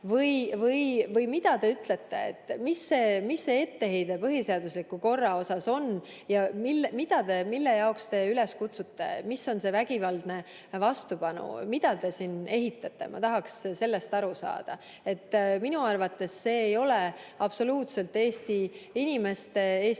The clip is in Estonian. Või mida te ütlete? Mis see etteheide põhiseadusliku korra kohta on ja milleks te üles kutsute? Mis on see vägivaldne vastupanu? Mida te siin ehitate? Ma tahaksin sellest aru saada. Minu arvates see ei ole absoluutselt Eesti inimeste, Eesti